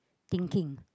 thinking